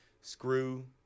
Screw